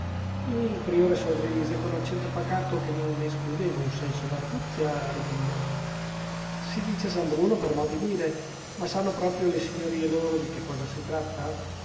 il priore sorrise e con accento pacato che non escludeva un senso d'arguzia ripigliò si dice san bruno per mo di dire ma sanno proprio le signorie loro di che cosa si tratta